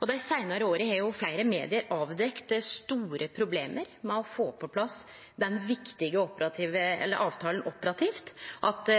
og dei seinare åra har fleire medium avdekt at det er store problem med å få på plass den viktige avtalen operativt, at